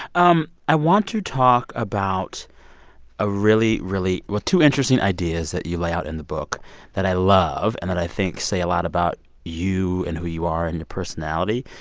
um i want to talk about a really, really well, two interesting ideas that you lay out in the book that i love and that i think say a lot about you and who you are and your personality.